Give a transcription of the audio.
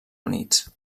units